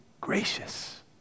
gracious